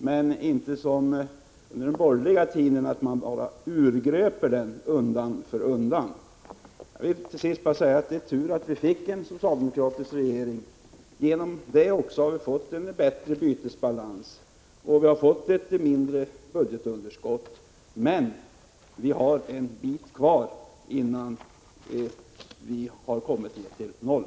Det går inte att göra som ni gjorde under den borgerliga tiden — att undan för undan gröpa ur ekonomin! Till sist: Det är tur att vi fick en socialdemokratisk regering. Därigenom har vi fått en bättre bytesbalans och ett mindre budgetunderskott — men vi har en bit kvar innan vi har kommit till noll.